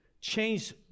change